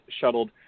shuttled